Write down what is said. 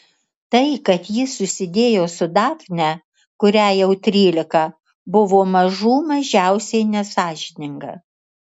tai kad ji susidėjo su dafne kuriai jau trylika buvo mažų mažiausiai nesąžininga